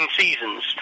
seasons